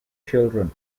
children